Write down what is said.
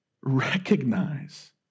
recognize